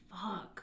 fuck